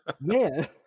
man